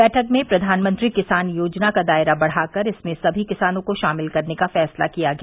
बैठक में प्रधानमंत्री किसान योजना का दायरा बढ़ाकर इसमें सभी किसानों को शामिल करने का फैसला किया गया